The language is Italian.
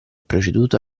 proceduto